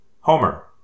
Homer